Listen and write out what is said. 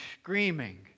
screaming